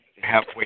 halfway